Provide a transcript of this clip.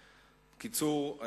בקיצור,